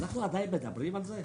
ואנחנו עדיין מדברים על זה?